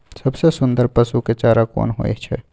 सबसे सुन्दर पसु के चारा कोन होय छै?